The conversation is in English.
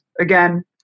again